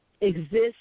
exist